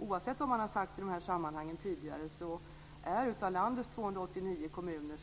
Oavsett vad man har sagt tidigare är det kanske 80-85 % av landets 289 kommuner